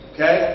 Okay